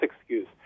excuse